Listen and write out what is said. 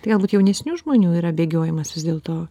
tai galbūt jaunesnių žmonių yra bėgiojimas vis dėlto